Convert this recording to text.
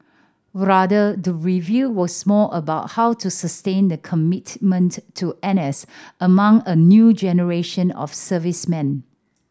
rather the review was more about how to sustain the commitment to N S among a new generation of servicemen